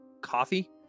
coffee